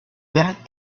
that